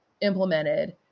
implemented